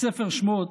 בספר שמות,